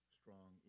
strong